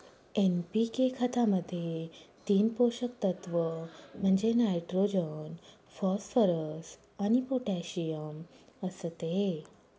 NPK खतामध्ये तीन पोषक तत्व म्हणजे नायट्रोजन, फॉस्फरस आणि पोटॅशियम असते